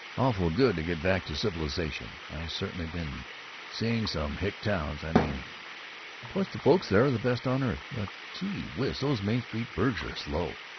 awful good to get back to civilization! i certainly been seeing some hick towns! i mean course the folks there are the best on earth, but, gee whiz, those main street burgs are slow,